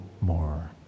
more